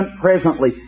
presently